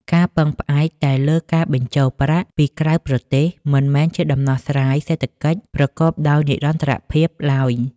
ការពឹងផ្អែកតែលើការបញ្ជូនប្រាក់ពីក្រៅប្រទេស មិនមែនជាដំណោះស្រាយសេដ្ឋកិច្ចប្រកបដោយនិរន្តរភាពឡើយ។